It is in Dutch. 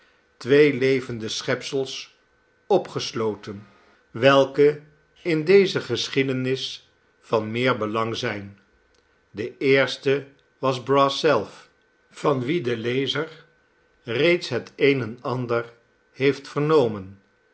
twee nelly levende schepsels opgesloten welke in deze geschiedenis van meer belang zijn de eerste was brass zelf van wien de lezer reeds het een en ander heeft vernomen